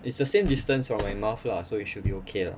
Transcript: it's the same distance from my mouth lah so it should be okay lah